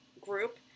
group